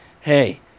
Hey